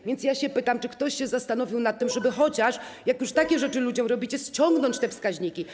A więc ja pytam, czy ktoś się zastanowił nad tym, żeby chociaż, jak już takie rzeczy ludziom robicie, ściągnąć te wskaźniki.